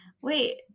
wait